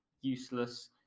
useless